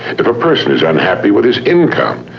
if a person is unhappy with his income,